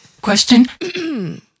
Question